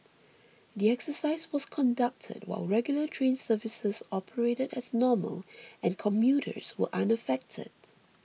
the exercise was conducted while regular train services operated as normal and commuters were unaffected